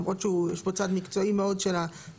למרות שיש בו צד מקצועי מאוד של הסכומים,